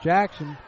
Jackson